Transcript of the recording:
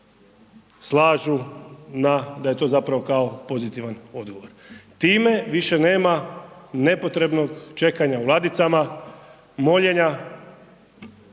slažu na da je to zapravo kao pozitivan odgovor. Time više nema nepotrebnog čekanja u ladicama, moljenja,